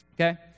Okay